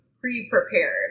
Pre-prepared